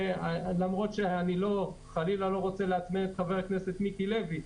חלילה, אני לא רוצה לעצבן את חבר הכנסת מיקי לוי,